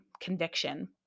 conviction